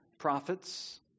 Prophets